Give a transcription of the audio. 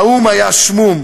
האו"ם היה שְמוּם,